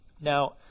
Now